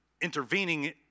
intervening